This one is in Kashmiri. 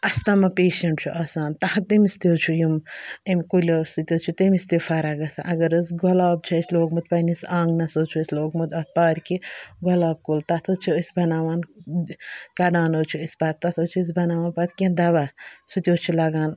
اَستَما پیشَنٛٹ چھُ آسان تَتھ تٔمِس تہِ حظ چھُ یِم امۍ کُلیو سۭتۍ حظ چھِ تٔمِس تہِ فرق گژھان اگر حظ گۄلاب چھِ اَسہِ لوگمُت پنٛنِس آنٛگنَس حظ چھُ اَسہِ لوگمُت اَتھ پارکہِ گۄلاب کُل تَتھ حظ چھِ أسۍ بَناوان کَڑان حظ چھِ أسۍ پَتہٕ تَتھ حظ چھِ أسۍ بَناوان پَتہٕ کینٛہہ دَوا سُہ تہِ حظ چھِ لَگان